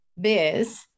biz